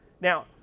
Now